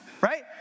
Right